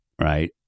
right